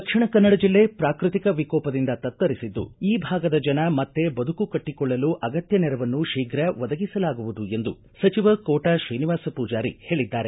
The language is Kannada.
ದಕ್ಷಿಣ ಕನ್ನಡ ಜಿಲ್ಲೆ ಪ್ರಾಕೃತಿಕ ವಿಕೋಪದಿಂದ ತತ್ತರಿಸಿದ್ದು ಈ ಭಾಗದ ಜನ ಮತ್ತೆ ಬದುಕು ಕಟ್ಟಕೊಳ್ಳಲು ಅಗತ್ಯ ನೆರವನ್ನು ಶೀಘ ಒದಗಿಸಲಾಗುವುದು ಎಂದು ಸಚಿವ ಕೋಟಾ ಶ್ರೀನಿವಾಸ ಪೂಜಾರಿ ಹೇಳಿದ್ದಾರೆ